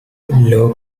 low